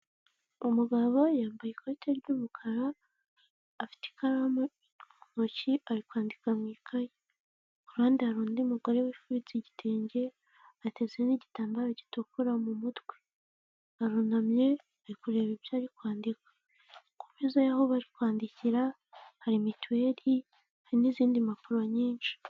Umugabo yambaye ikote ry'umukara afite ikaramu mu ntoki, ari kwandika mu ikaye. Ku ruhande hari undi mugore wifubitse igitenge ateze n'igitambaro gitukura mu mutwe. Arunamye ari kureba ibyo ari kwandika. Ku meza y'aho bari kwandikira, hari mituweri hari n'izindi mpapuro nyinshi.